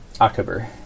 October